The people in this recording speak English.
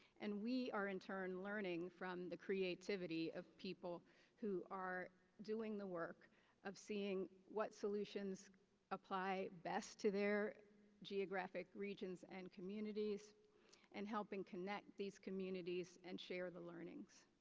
and we are, in turn, learning from the creativity of people who are doing the work of seeing what solutions apply best to their geographic regions and communities and helping connect these communities and share the learnings.